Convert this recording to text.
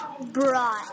brought